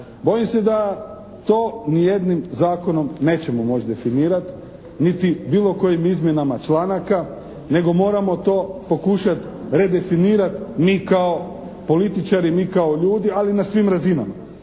Bojim se da to ni jednim zakonom nećemo moći definirati niti bilo kojim izmjenama članaka nego moramo to pokušati redefinirati mi kao političari, mi kao ljudi ali na svim razinama.